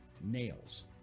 Nails